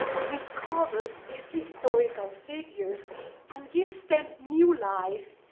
recovers these historical figures and gives them new life.